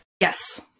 yes